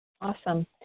Awesome